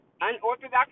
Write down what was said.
unorthodox